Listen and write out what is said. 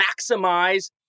maximize